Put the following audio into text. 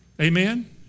Amen